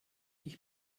ich